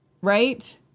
right